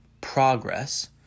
progress